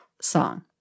song